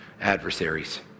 adversaries